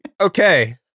okay